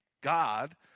God